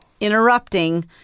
interrupting